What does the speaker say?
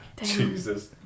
Jesus